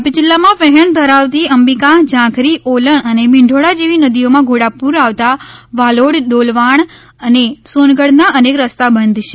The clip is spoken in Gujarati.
તાપી જિલ્લામાં વહેણ ધરાવતી અંબિકા ઝાંખરી ઓલણ અને મીંઢોળા જેવી નદીઓમાં ઘોડાપૂર આવતા વાલોડ ડોલવાણ અને સોનગઢના અનેક રસ્તા બંધ છે